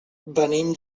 venim